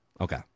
Okay